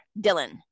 Dylan